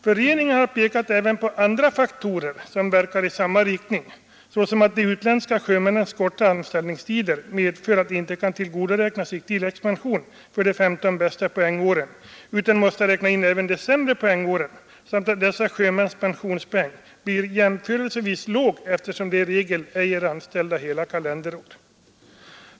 Föreningen har pekat även på andra faktorer som verkar i samma riktning såsom att de utländska sjömännens korta anställningstider medför att de inte kan tillgodoräkna sig tilläggspension för de 15 bästa poängåren utan måste räkna in även de sämre poängåren samt att dessa sjömäns pensionspoäng blir jämförelsevis låg eftersom de i regel ej är anställda hela kalenderår.